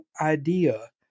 idea